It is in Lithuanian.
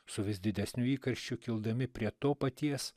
su vis didesniu įkarščiu kildami prie to paties